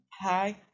hi